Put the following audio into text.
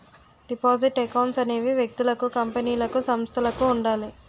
deposit accounts అనేవి వ్యక్తులకు కంపెనీలకు సంస్థలకు ఉండాలి